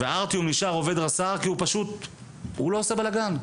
ארטיום נשאר עובד רס"ר כי הוא לא עושה בלגאן,